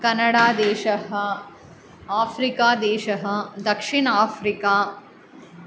कनडादेशः आफ़्रिकादेशः दक्षिण आफ़्रिका